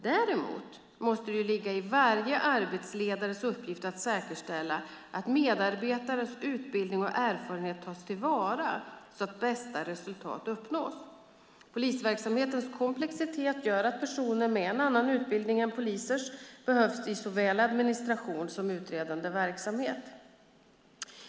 Däremot måste det vara varje arbetsledares uppgift att säkerställa att medarbetares utbildning och erfarenhet tas till vara så att bästa resultat uppnås. Polisverksamhetens komplexitet gör att personer med en annan utbildning än polisers behövs i såväl administration som utredande verksamhet.